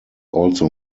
also